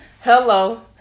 Hello